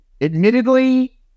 admittedly